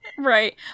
Right